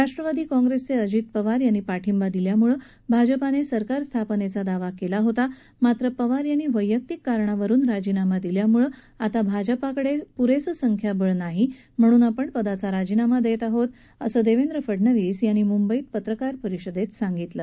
राष्ट्रवादी काँग्रेसचे अजित पवार यांनी पाठिंबा दिल्यामुळं भाजपाने सरकार स्थापनेचा दावा केला होता मात्र पवार यांनी वैयक्तिक कारणावरुन राजीनामा दिल्यामुळं आता भाजपाकडे पुरेसं संख्याबळ नाही म्हणून आपण पदाचा राजीनामा देत आहोत असं देवेंद्र फडणवीस यांनी मुंबईत पत्रकार परिषदेत सांगितलं